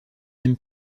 même